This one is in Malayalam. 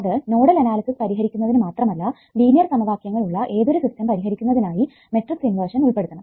അത് നോഡൽ അനാലിസിസ് പരിഹരിക്കുന്നതിന് മാത്രമല്ല ലീനിയർ സമവാക്യങ്ങൾ ഉള്ള ഏതൊരു സിസ്റ്റം പരിഹരിക്കുന്നതിനായി മെട്രിക്സ് ഇൻവേർഷൻ ഉൾപ്പെടുത്തണം